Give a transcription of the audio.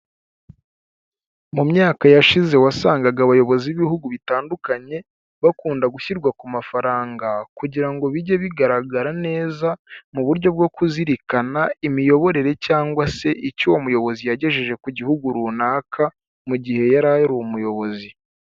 Mu myaka yashize wasangaga abayobozi b'ibihugu bitandukanye bakunda gushyirwa ku mafaranga kugira ngo bijye bigaragara neza mu buryo bwo kuzirikana imiyoborere cyangwa se icyo uwo muyobozi yagejeje ku gihugu runaka mu gihe yari ari umuyobozi.